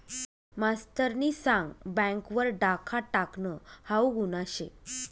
मास्तरनी सांग बँक वर डाखा टाकनं हाऊ गुन्हा शे